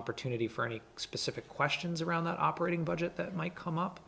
opportunity for any specific questions around the operating budget that might come up